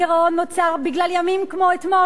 הגירעון נוצר בגלל ימים כמו אתמול,